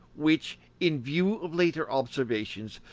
which, in view of later observations,